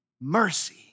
mercy